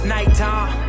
Nighttime